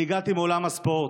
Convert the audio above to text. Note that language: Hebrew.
אני הגעתי מעולם הספורט.